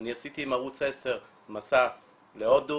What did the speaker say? עשיתי עם ערוץ 10 מסע להודו,